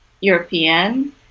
European